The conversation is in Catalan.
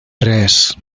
tres